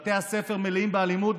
בתי הספר מלאים באלימות,